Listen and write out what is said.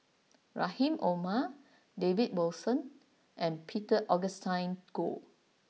Rahim Omar David Wilson and Peter Augustine Goh